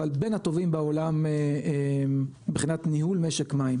אבל בין הטובים בעולם מבחינת ניהול משק מים,